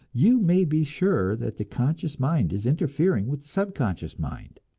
you may be sure that the conscious mind is interfering with the subconscious mind.